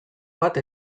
bat